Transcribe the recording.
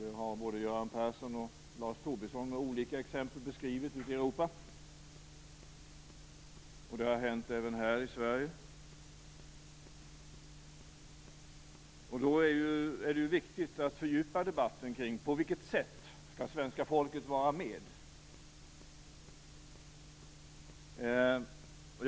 Det har både Göran Persson och Lars Tobisson med olika exempel ute i Europa beskrivit. Det har hänt även här i Sverige. Därför är det viktigt att fördjupa debatten om på vilket sätt svenska folket skall vara med.